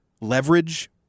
leverage